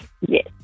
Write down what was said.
Yes